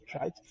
right